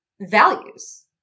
values